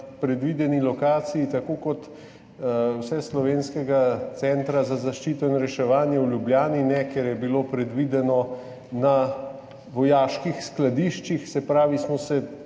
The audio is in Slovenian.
predvideni lokaciji, tako kot vseslovenskega centra za zaščito in reševanje v Ljubljani ne, ker je bilo predvideno v vojaških skladiščih, se pravi, da smo se